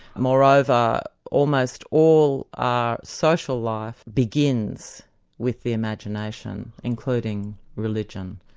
moreover almost all ah social life begins with the imagination, including religion.